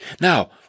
Now